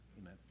Amen